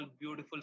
beautiful